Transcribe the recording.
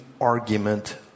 argument